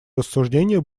рассуждения